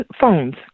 phones